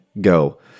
go